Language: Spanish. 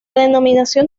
denominación